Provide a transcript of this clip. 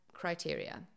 criteria